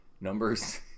numbers